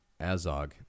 Azog